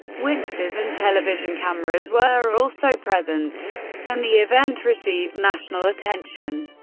witnesses and television cameras were also present and the event received national attention.